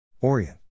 Orient